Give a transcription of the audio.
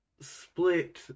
split